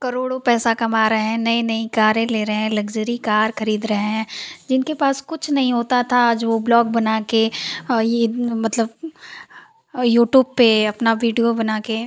करोड़ों पैसा कमा रहे हैं नई नई कारें ले रहे हैं लग्ज़री कार खरीद रहे हैं जिनके पास कुछ नहीं होता था आज वह ब्लॉग़ बनाकर यह मतलब यूट्यूब पर अपना वीडियो बनाकर